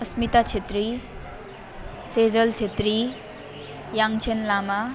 Asmita Chhetri Sejal Chhetri Yangchen Lama